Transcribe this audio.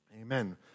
Amen